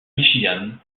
michigan